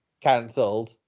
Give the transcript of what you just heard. cancelled